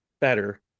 better